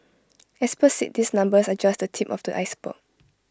experts said these numbers are just the tip of the iceberg